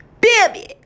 baby